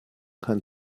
kann